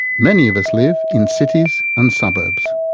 many of us live in cities and suburbs.